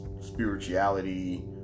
spirituality